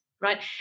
Right